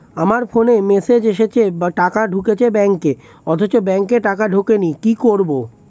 আমার ফোনে মেসেজ এসেছে টাকা ঢুকেছে ব্যাঙ্কে অথচ ব্যাংকে টাকা ঢোকেনি কি করবো?